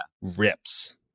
rips